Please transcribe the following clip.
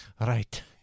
Right